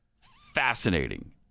fascinating